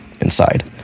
inside